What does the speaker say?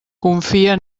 confia